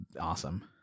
awesome